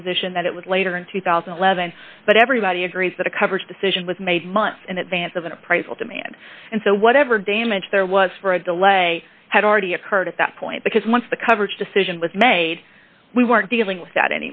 the position that it was later in two thousand and eleven but everybody agrees that a coverage decision was made months in advance of an appraisal demand and so whatever damage there was for a delay had already occurred at that point because once the coverage decision was made we weren't dealing with that